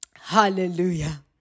Hallelujah